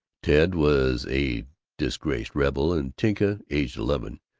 ted was a disgraced rebel and tinka, aged eleven,